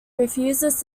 refuses